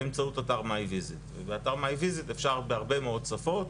באמצעות אתר מיי ויזיט ובאתר מיי ויזיט אפשר בהרבה מאוד שפות,